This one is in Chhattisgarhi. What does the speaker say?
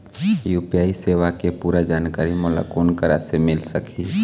यू.पी.आई सेवा के पूरा जानकारी मोला कोन करा से मिल सकही?